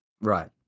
Right